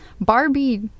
Barbie